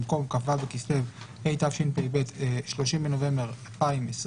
במקום "כ״ו בכסלו התשפ״ב (30 בנובמבר 2021)״